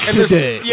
today